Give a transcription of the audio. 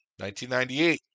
1998